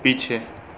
पीछे